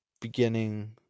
beginning